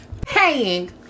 paying